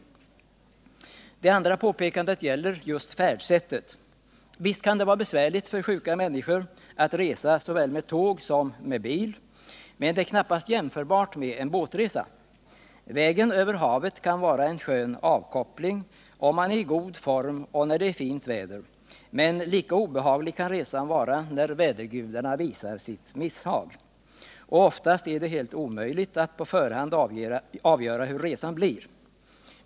För det andra — det gäller just färdsättet: Visst kan det vara besvärligt för sjuka människor att resa såväl med tåg som med bil. Men det är knappast jämförbart med en båtresa. Vägen över havet kan vara en skön avkoppling om man är i god form och när det är fint väder. Men lika obehaglig kan resan vara när vädergudarna visar sitt misshag. Och oftast är det helt omöjligt att på förhand avgöra hur resan blir.